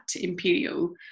Imperial